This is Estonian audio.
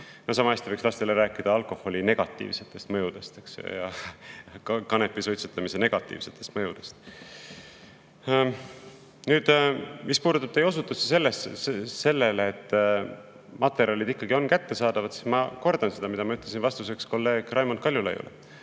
Sama hästi võiks lastele rääkida alkoholi negatiivsest mõjust ja kanepi suitsetamise negatiivsest mõjust. Nüüd, mis puudutab teie osutust sellele, et materjalid on ikkagi kättesaadavad, siis ma kordan seda, mida ma ütlesin vastuseks kolleeg Raimond Kaljulaiule.